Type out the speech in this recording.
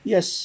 Yes